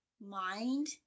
mind